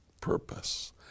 purpose